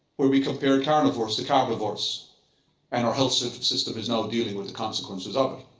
where we compare carnivores to carbivores and our health service system is all dealing with the consequences of it.